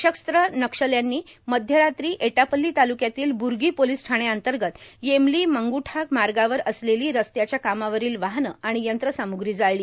सशस्त्र नक्षल्यांनी मध्यरात्री एटापल्ली तालुक्यातील बुर्गी पोलीस ठाण्यांतर्गत येमली मंगुठा मार्गावर असलेली रस्त्याच्या कामावरील वाहने आणि यंत्रसामग्री जाळली